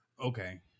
okay